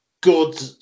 good